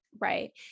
Right